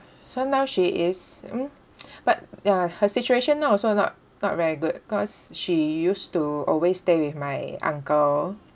so now she is mm but ya her situation now also so not not very good cause she used to always stay with my uncle